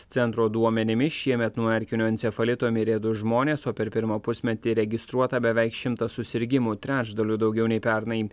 centro duomenimis šiemet nuo erkinio encefalito mirė du žmonės o per pirmą pusmetį registruota beveik šimtas susirgimų trečdaliu daugiau nei pernai